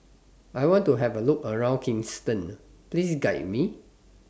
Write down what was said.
I want to Have A Look around Kingston Please Guide Me